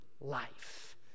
life